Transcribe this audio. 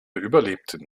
überlebten